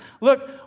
Look